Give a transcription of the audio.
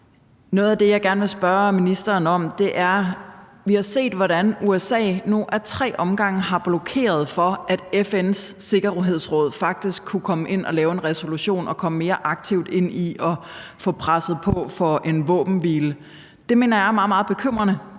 er noget, jeg gerne vil spørge ministeren om. Vi har set, hvordan USA nu ad tre omgange har blokeret for, at FN's Sikkerhedsråd faktisk kunne komme ind og lave en resolution og komme mere aktivt ind i at få presset på for en våbenhvile. Det mener jeg er meget, meget bekymrende,